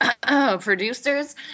producers